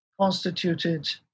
constituted